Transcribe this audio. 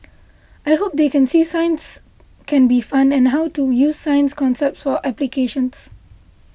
I hope they can see science can be fun and how to use science concepts for applications